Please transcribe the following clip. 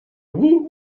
woot